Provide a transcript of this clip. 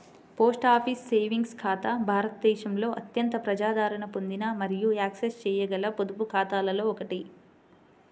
post office savings ఖాతా భారతదేశంలో అత్యంత ప్రజాదరణ పొందిన మరియు యాక్సెస్ చేయగల పొదుపు ఖాతాలలో ఒకటి